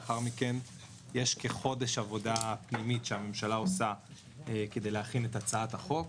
לאחר מכן יש כחודש עבודה פנימית שהממשלה עושה כדי להכין את הצעת החוק.